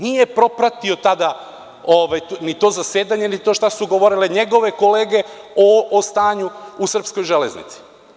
Nije propratio tada ni to zasedanje, ni to šta su govorile njegove kolege o stanju u srpskoj železnici.